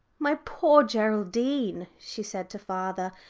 my poor geraldine, she said to father,